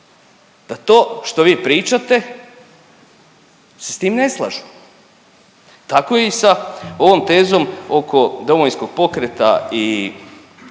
da to što vi pričate se s tim ne slažu. Tako i sa ovom tezom oko Domovinskog pokreta i